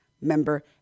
member